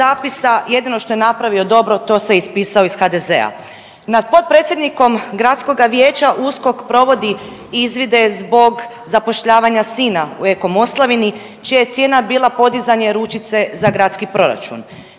jedino što je napravio dobro to se ispisao iz HDZ-a. Nad potpredsjednikom gradskoga vijeća USKOK provodi izvide zbog zapošljavanja sina u Eko Moslavini čija je cijena bila podizanje ručice za gradski proračun.